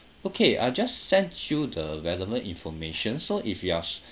okay I'll just sent you the relevant information so if you are